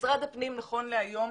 משרד הפנים נכון להיום,